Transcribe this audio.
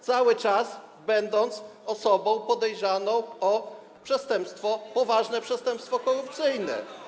cały czas będąc osobą podejrzaną o przestępstwo, poważne przestępstwo korupcyjne.